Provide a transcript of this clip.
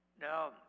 Now